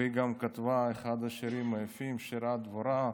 והיא גם כתבה את אחד השירים היפים, שירת דבורה,